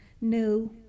no